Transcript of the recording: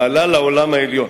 ועלה לעולם העליון.